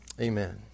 amen